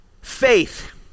Faith